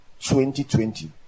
2020